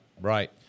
right